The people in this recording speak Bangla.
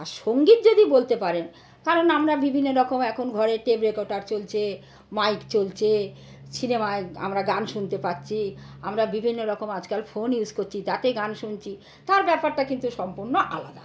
আর সঙ্গীত যদি বলতে পারেন কারণ আমরা বিভিন্ন রকম এখন ঘরে টেপ রেকর্ডার চলছে মাইক চলছে সিনেমায় আমরা গান শুনতে পাচ্ছি আমরা বিভিন্ন রকম আজকাল ফোন ইউজ করছি তাতে গান শুনছি তার ব্যাপারটা কিন্তু সম্পূর্ণ আলাদা